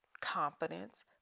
confidence